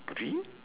green